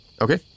Okay